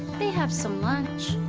they have some lunch.